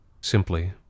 simply